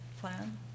plan